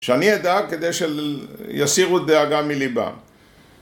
שאני אדאג כדי שיסירו דאגה מליבם